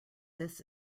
this